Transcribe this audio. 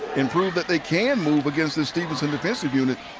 and prove but they can move against the stephenson defensive unit.